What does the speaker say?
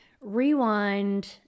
rewind